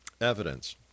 evidence